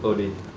oh dey